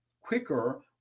quicker